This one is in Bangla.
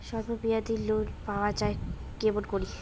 স্বল্প মেয়াদি লোন পাওয়া যায় কেমন করি?